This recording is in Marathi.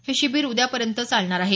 हे शिबिर उद्यापर्यंत चालणार आहे